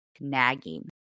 nagging